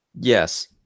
Yes